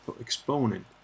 exponent